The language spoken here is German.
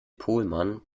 pohlmann